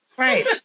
Right